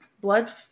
Blood